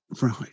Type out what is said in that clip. Right